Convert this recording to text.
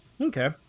Okay